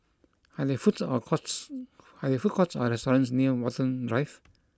are there foods or courts are there food courts or restaurants near Watten Drive